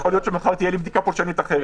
יכול להיות שמחר תהיה לי בדיקה פולשנית אחרת.